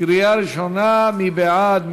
קריאה ראשונה, מי בעד?